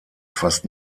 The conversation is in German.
fast